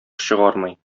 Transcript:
чыгармый